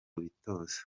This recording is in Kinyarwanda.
bitoza